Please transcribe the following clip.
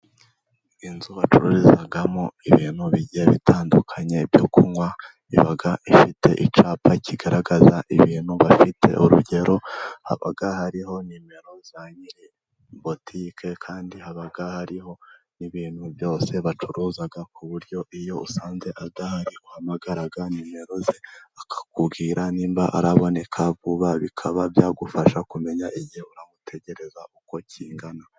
inzu bacururizagamo ibintu bigiye bitandukanye byo kunywa. Iba ifite icyapa kigaragaza ibintu bafite. Urugero haba hariho nimero za nyiri butike, kandi haba hariho n'ibintu byose bacuruza, ku buryo iyo usanze adahari uhamagara nimero ze, akakubwira niba araboneka vuba. Bikaba byagufasha kumenya igihe urategereza uko kingana.